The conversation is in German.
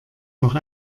noch